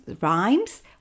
rhymes